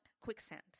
quicksand